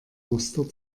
muster